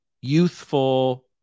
youthful